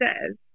says